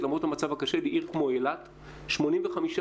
למרות המצב הקשה בעיר כמו אילת - 85%